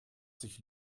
sich